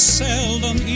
seldom